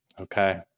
Okay